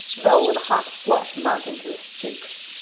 though with a hot flush mounting to his cheeks.